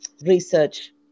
research